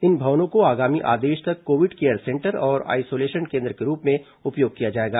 इन भवनों को आगामी आदेश तक कोविड केयर सेंटर और आइसोलेशन केन्द्र के रूप में उपयोग किया जाएगा